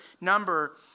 number